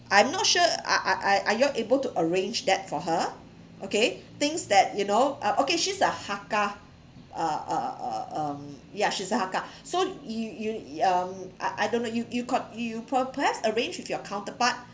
I'm not sure are are are are you all able to arrange that for her okay things that you know uh okay she's a hakka uh uh uh um yeah she's a hakka so you you um I I don't know you you got you p~ perhaps arrange with your counterpart